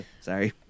Sorry